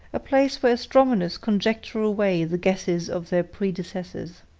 a place where astronomers conjecture away the guesses of their predecessors.